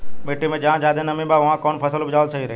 मिट्टी मे जहा जादे नमी बा उहवा कौन फसल उपजावल सही रही?